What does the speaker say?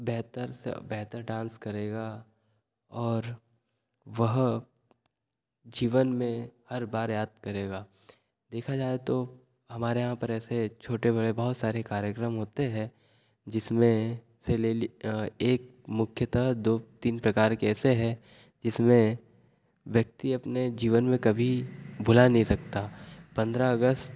बेहतर से बेहतर डांस करेगा और वह जीवन में हर बार याद करेगा देखा जाए तो हमारे यहाँ पर ऐसे छोटे बड़े बहुत सारे कार्यक्रम होते हैं जिसमें सेलिली एक मुख्यतः दो तीन प्रकार के ऐसे हैं जिसमें व्यक्ति अपने जीवन में कभी भुला नहीं सकता पंद्रह अगस्त